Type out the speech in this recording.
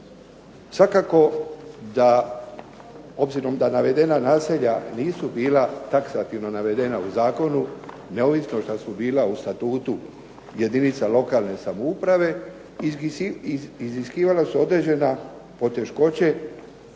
Svakako da obzirom da navedena naselja nisu bila taksativno navedena u zakonu neovisno što su bila u statutu jedinica lokalne samouprave iziskivala su određene poteškoće